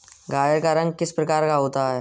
गाजर का रंग किस प्रकार का होता है?